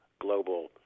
global